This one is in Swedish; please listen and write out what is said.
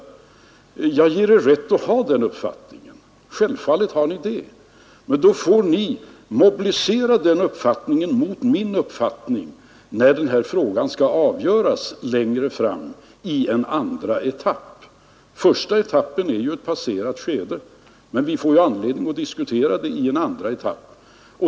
Självfallet ger jag er rätt att ha denna uppfattning, men då får ni mobilisera den uppfattningen mot min uppfattning, när denna fråga skall avgöras längre fram i en andra etapp. Första etappen är ju ett passerat skede, men vi får anledning att diskutera en andra etapp.